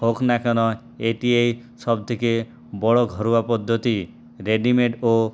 হোক না কেন এটি সবথেকে বড়ো ঘরোয়া পদ্ধতি রেডিমেড ও